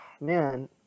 man